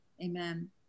amen